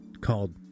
called